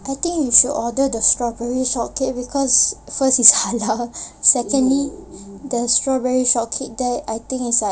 I think you should order the strawberry shortcake because first is halal secondly the strawberry shortcake there I think it's like